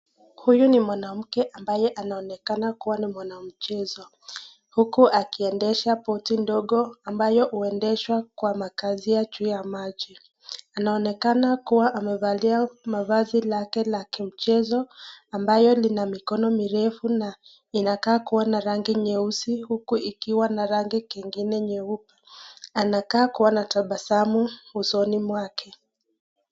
Huyu ni mwanamke ambaye anaonekana kuwa ni mwanamchezo, huku akiendesha boti ndogo ambayo uendeshwa kwa makazi ya juu ya maji, anaonekana kuwa anavalia mavazi yake ya kimchezo ambayo lina mikono mirefu, na inakaa kuwa na rangi nyeusi uku ikiwa na rangi nyingine nyeupe, anakaa kuwa na tabasamu usoni mwake.